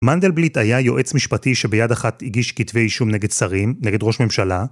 מנדלבליט היה יועץ משפטי שביד אחת הגיש כתבי אישום נגד שרים, נגד ראש ממשלה...